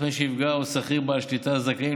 עצמאי שנפגע או שכיר בעל שליטה זכאים